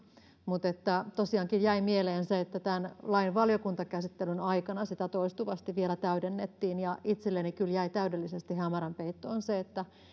tosiaankin jäi mieleen se että tämän lain valiokuntakäsittelyn aikana sitä toistuvasti vielä täydennettiin ja itselleni kyllä jäi täydellisesti hämärän peittoon se